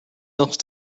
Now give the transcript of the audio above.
else